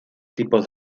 tipos